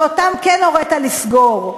שאותם כן הורית לסגור?